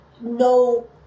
no